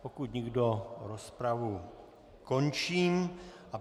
Pokud nikdo, rozpravu končím.